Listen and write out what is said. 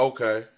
Okay